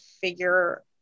figure